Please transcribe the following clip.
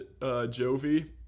Jovi